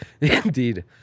indeed